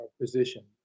position